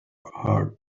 heart